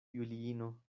juliino